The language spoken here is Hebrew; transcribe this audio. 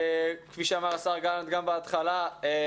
כפי שאמר השר גלנט גם בתחילת הישיבה,